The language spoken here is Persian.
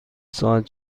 ساعت